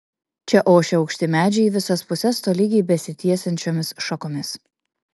čia ošė aukšti medžiai į visas puses tolygiai besitiesiančiomis šakomis